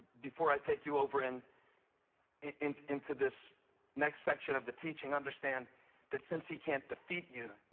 before i take you over and into into this next section of the teaching, understand that since he can't defeat you,